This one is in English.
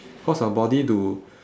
cause our body to